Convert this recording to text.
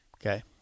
Okay